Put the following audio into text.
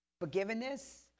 forgiveness